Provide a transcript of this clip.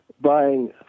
buying